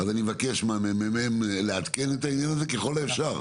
לכן אני מבקש מה-ממ"מ לעדכן את העניין הזה ככל האפשר.